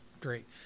great